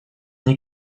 nei